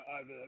over